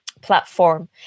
platform